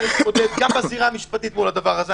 להתמודד גם בזירה המשפטית מול הדבר הזה,